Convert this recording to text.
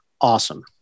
awesome